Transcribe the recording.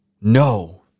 No